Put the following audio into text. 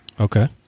Okay